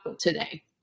today